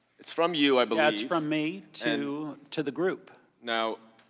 it's from you i believe. that's from me to to the group. now,